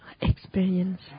experience